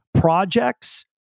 projects